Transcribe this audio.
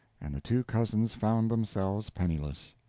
and the two cousins found themselves penniless.